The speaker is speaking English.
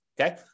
okay